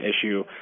issue